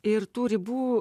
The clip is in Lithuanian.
ir tų ribų